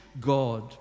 God